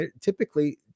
typically